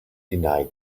deny